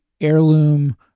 heirloom